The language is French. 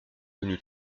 venu